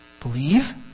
believe